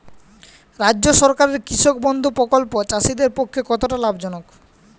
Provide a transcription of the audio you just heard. রাজ্য সরকারের কৃষক বন্ধু প্রকল্প চাষীদের পক্ষে কতটা লাভজনক?